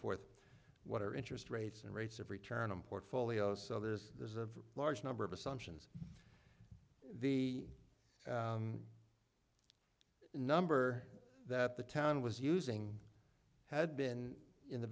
forth what are interest rates and rates of return on portfolios so there's there's a large number of assumptions the number that the town was using had been in the